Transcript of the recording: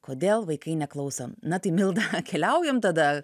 kodėl vaikai neklauso na tai milda keliaujam tada